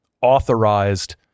authorized